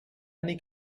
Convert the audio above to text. many